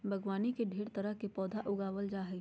बागवानी में ढेर तरह के पौधा उगावल जा जा हइ